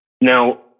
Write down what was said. Now